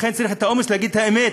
אכן צריך את האומץ לומר את האמת.